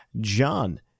John